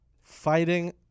fighting